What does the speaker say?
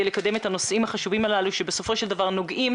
לקדם את הנושאים החשובים הללו שבסופו של דבר נוגעים